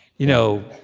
you know,